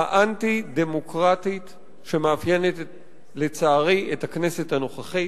האנטי-דמוקרטית שמאפיינת לצערי את הכנסת הנוכחית.